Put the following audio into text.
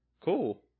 cool